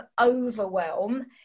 overwhelm